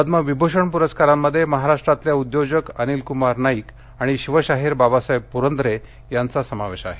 पद्मविभूषण प्रस्कारांमध्ये महाराष्ट्रातले उद्योजक अनिलकुमार नाईक आणि शिवशाहीर बाबासाहेब पुरंदरे यांचा समावेश आहे